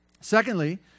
Secondly